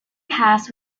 passed